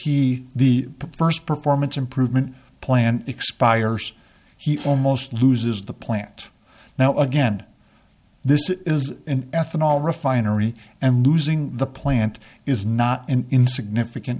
he the first performance improvement plan expires he almost loses the plant now again this is an ethanol refinery and losing the plant is not an insignificant